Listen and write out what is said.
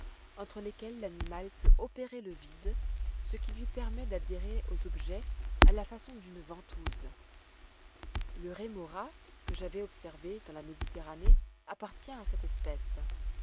entre lesquelles l'animal peut opérer le vide ce qui lui permet d'adhérer aux objets à la façon d'une ventouse le rémora que j'avais observé dans la méditerranée appartient à cette espèce